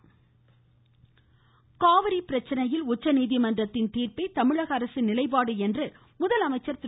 முதலமைச்சர் காவிரி பிரச்சனையில் உச்சநீதிமன்றத்தின் தீர்ப்பே தமிழக அரசின் நிலைப்பாடு என முதலமைச்சா திரு